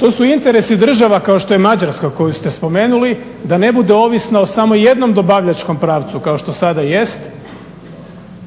To su interesi država kao što je Mađarska koju ste spomenuli, da ne bude ovisna o samo jednom dobavljačkom pravcu kao što sada jest